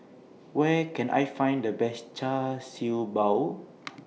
Where Can I Find The Best Char Siew Bao